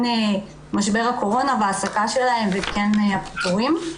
משבר הקורונה והעסקה שלהם וכן הפיטורין.